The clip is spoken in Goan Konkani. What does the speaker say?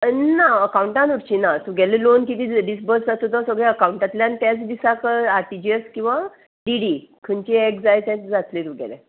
ना अकावंटान उरची ना तुगेले लोन किदें डिसबर्स आसा तुजो सगळे अकावंटांतल्यान तेच दिसाक आर टी जी एस किंवां डी डी खंयची एक जाय तें जातलें तुगेलें